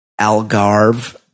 Algarve